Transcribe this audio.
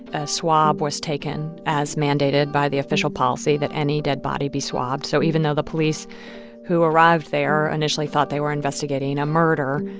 a swab was taken as mandated by the official policy that any dead body be swabbed. so even though the police who arrived there initially thought they were investigating a murder,